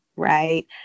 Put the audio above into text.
right